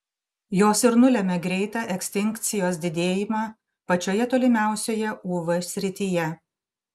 jos ir nulemia greitą ekstinkcijos didėjimą pačioje tolimiausioje uv srityje